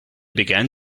began